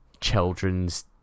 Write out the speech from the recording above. children's